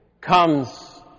comes